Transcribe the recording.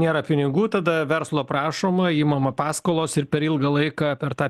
nėra pinigų tada verslo prašoma imama paskolos ir per ilgą laiką per tą